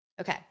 Okay